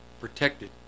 protected